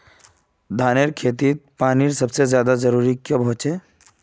धानेर खेतीत पानीर सबसे ज्यादा जरुरी कब होचे?